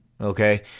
Okay